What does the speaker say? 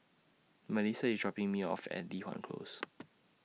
Milissa IS dropping Me off At Li Hwan Close